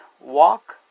walk